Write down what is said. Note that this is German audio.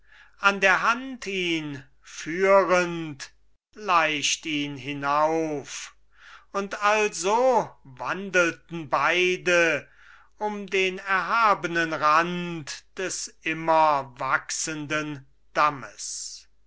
an der hand ihn führend leicht ihn hinauf und also wandelten beide um den erhabenen rand des immer wachsenden dammes